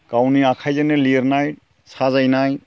गावनि आखाइजोंनो लिरनाय साजायनाय